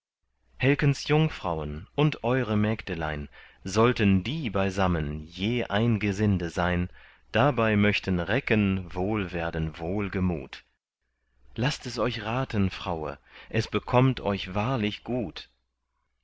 helkens jungfrauen und eure mägdelein sollten die beisammen je ein gesinde sein dabei möchten recken wohl werden wohlgemut laßt es euch raten fraue es bekommt euch wahrlich gut